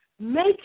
Make